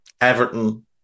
Everton